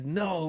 no